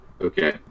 okay